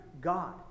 God